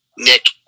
Nick